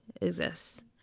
exists